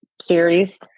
series